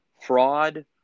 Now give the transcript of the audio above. fraud